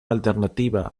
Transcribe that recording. alternativa